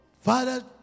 Father